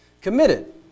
committed